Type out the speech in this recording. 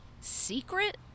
secret